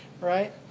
right